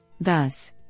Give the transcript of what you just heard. Thus